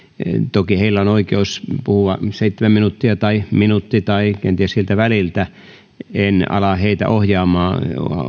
toki heillä on oikeus puhua seitsemän minuuttia tai minuutti tai kenties siltä väliltä en ala heitä ohjaamaan